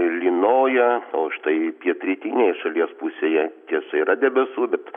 lynoja o štai pietrytinėj šalies pusėje tiesa yra debesų bet